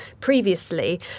previously